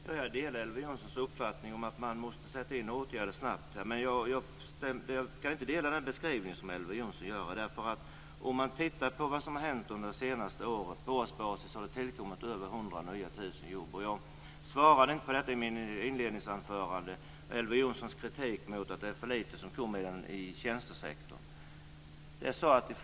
Fru talman! Jag delar Elver Jonssons uppfattning om att man måste sätta in åtgärder snabbt. Men jag kan inte ställa upp på den beskrivning som Elver Jonsson gör. Om man tittar på vad som har hänt under de senaste åren ser man att det på årsbasis har tillkommit över 100 000 nya jobb. Jag bemötte inte Elver Jonssons kritik att för få jobb kommer till i tjänstesektorn i mitt inledningsanförande.